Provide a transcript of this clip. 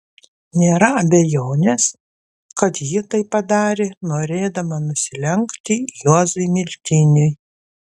nėra abejonės kad ji tai padarė norėdama nusilenkti juozui miltiniui